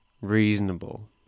reasonable